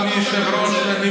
אדוני היושב-ראש.